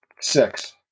Six